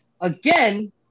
Again –